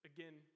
Again